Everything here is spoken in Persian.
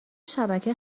شبکه